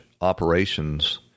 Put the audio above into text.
operations